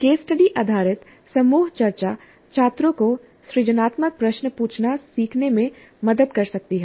case study आधारित समूह चर्चा छात्रों को सृजनात्मक प्रश्न पूछना सीखने में मदद कर सकती है